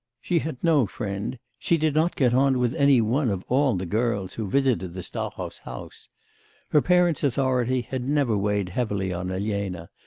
she had no friend she did not get on with any one of all the girls who visited the stahovs' house. her parents' authority had never weighed heavily on elena,